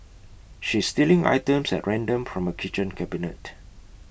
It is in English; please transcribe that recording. she's stealing items at random from her kitchen cabinet